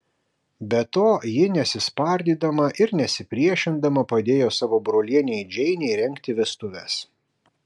be to ji nesispardydama ir nesipriešindama padėjo savo brolienei džeinei rengti vestuves